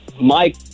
Mike